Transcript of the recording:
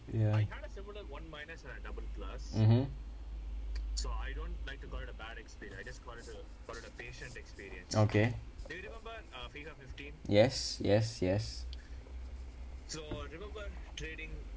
ya mmhmm okay yes yes yes